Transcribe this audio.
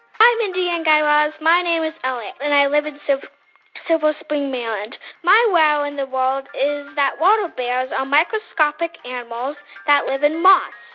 hi, mindy and guy raz. my name is elliot, and i live in so silver spring, md. ah and my wow in the world is that water bears are microscopic animals that live in moss.